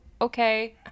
okay